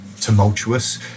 tumultuous